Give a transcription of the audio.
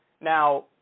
Now